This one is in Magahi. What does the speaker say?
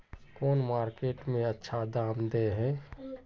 कौन मार्केट में अच्छा दाम दे है?